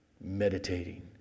meditating